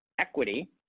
equity